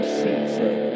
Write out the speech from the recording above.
season